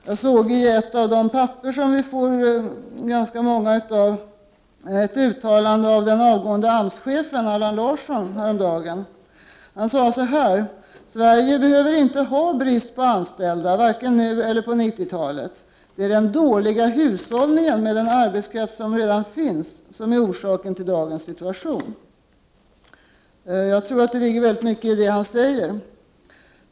Jag såg i ett av de papper som vi får ganska många av, ett uttalande av den avgående AMS-chefen Allan Larsson häromdagen där han sade: Sverige behöver inte ha brist på anställda, varken nu eller på 90-talet. Det är den dåliga hushållningen med den arbetskraft som redan finns som är orsaken till dagens situation. Jag tror det ligger väldigt mycket i det han säger.